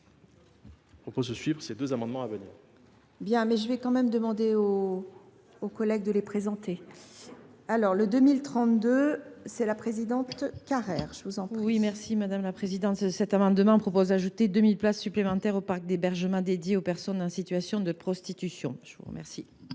je vous remercie,